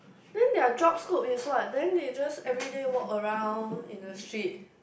then their job scope is what then they just everyday walk around in the street